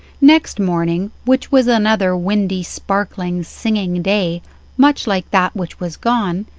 next morning, which was another windy, sparkling, singing day much like that which was gone,